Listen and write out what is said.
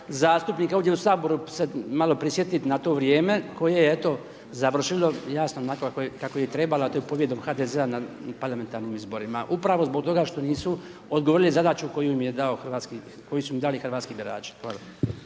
zastupnike ovdje u Saboru se malo prisjetiti na to vrijeme koje je eto završilo jasno onako kako je i trebalo a to je pobjedom HDZ-a na parlamentarnim izborima. Upravo zbog toga što nisu .../Govornik se ne razumije./... zadaću koju su im dali hrvatski birači.